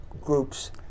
groups